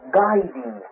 guiding